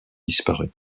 disparu